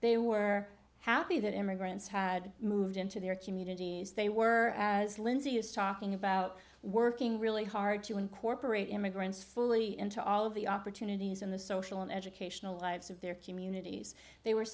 they were happy that immigrants had moved into their communities they were as lindsay is talking about working really hard to incorporate immigrants fully into all of the opportunities in the social and educational lives of their communities they were